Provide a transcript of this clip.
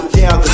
down